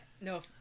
no